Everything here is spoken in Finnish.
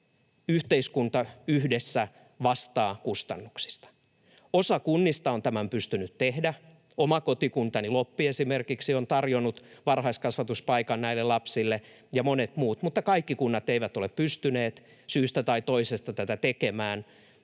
yhteiskunta yhdessä vastaa kustannuksista. Osa kunnista on tämän pystynyt tekemään, esimerkiksi oma kotikuntani Loppi on tarjonnut varhaiskasvatuspaikan näille lapsille, ja monet muut, mutta kaikki kunnat eivät ole pystyneet syystä tai toisesta tätä tekemään,